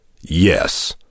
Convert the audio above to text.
Yes